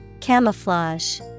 Camouflage